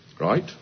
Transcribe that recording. right